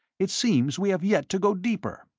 it seems we have yet to go deeper.